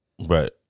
Right